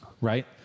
Right